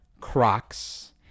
Crocs